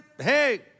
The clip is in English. Hey